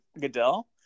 Goodell